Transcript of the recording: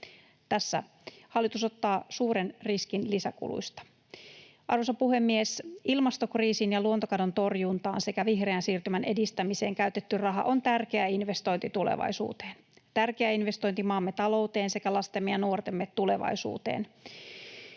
Tässä hallitus ottaa suuren riskin lisäkuluista. Arvoisa puhemies! Ilmastokriisin ja luontokadon torjuntaan sekä vihreän siirtymän edistämiseen käytetty raha on tärkeä investointi tulevaisuuteen, tärkeä investointi maamme talouteen sekä lastemme ja nuortemme tulevaisuuteen.